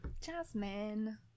Jasmine